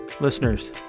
listeners